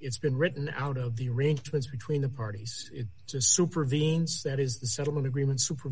it's been written out of the arrangements between the parties supervenes that is the settlement agreement super